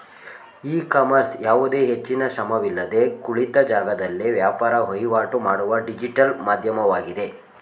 E commerce ಯಾವುದೇ ಹೆಚ್ಚಿನ ಶ್ರಮವಿಲ್ಲದೆ ಕುಳಿತ ಜಾಗದಲ್ಲೇ ವ್ಯಾಪಾರ ವಹಿವಾಟು ಮಾಡುವ ಡಿಜಿಟಲ್ ಮಾಧ್ಯಮವಾಗಿದೆ